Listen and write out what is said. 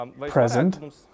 present